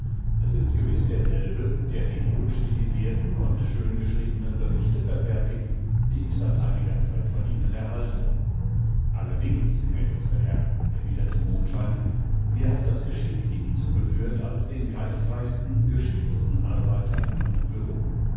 es ist gewiß derselbe der die wohl stilisierten und schön geschriebenen berichte verfertigt die ich seit einiger zeit von ihnen erhalte allerdings gnädigster herr erwiderte mondschein mir hat das geschick ihn zugeführt als den geistreichsten geschicktesten arbeiter in meinem